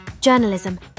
journalism